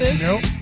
Nope